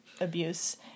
abuse